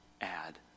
add